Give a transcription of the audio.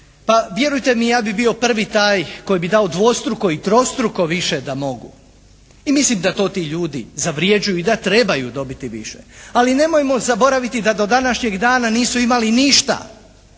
Pa, vjerujte mi, ja bi bio prvi taj koji bi dao dvostruko i trostruko više da mogu. I mislim da to ti ljudi zavrjeđuju i da trebaju dobiti više. Ali nemojmo zaboraviti da do današnjeg dana nisu imali ništa.